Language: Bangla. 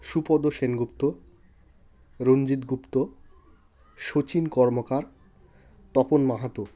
সুপদ সেনগুপ্ত রণজিৎ গুপ্ত শচিন কর্মকার তপন মাহাত